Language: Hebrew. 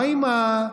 מה עם הסגר?